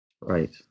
Right